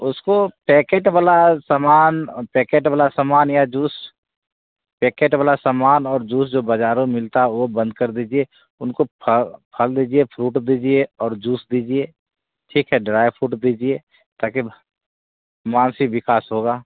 उसको पैकेट वाला सामान पैकेट वाला सामान या जूस पेकेट वाला सामान और जूस जो बाजारों में मिलता है वो बंद कर दीजिए उनको फल दीजिए फ्रूट दीजिए और जूस दीजिए ठीक है ड्राय फ्रूट दीजिए ताकि मानसिक विकास होगा